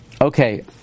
Okay